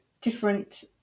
different